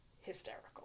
hysterical